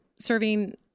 serving